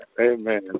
Amen